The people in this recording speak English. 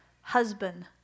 husband